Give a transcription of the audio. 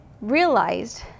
realized